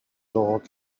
dog